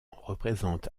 représente